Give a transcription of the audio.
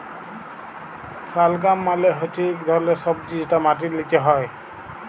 শালগাম মালে হচ্যে ইক ধরলের সবজি যেটা মাটির লিচে হ্যয়